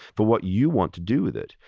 but what you want to do with it.